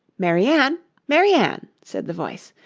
mary ann! mary ann said the voice.